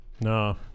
no